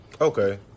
Okay